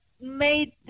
made